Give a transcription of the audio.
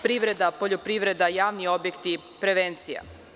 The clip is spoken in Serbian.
Privreda, poljoprivreda, javnih objekti, prevencija.